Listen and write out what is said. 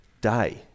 day